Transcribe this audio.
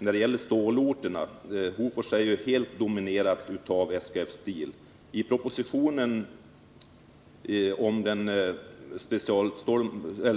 i Storstockholms: Hofors är helt dominerat av SKF Steel.